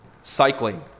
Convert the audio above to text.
Cycling